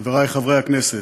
חברי חברי הכנסת,